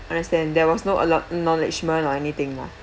understand there was no acknowledgement or anything lah